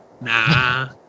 nah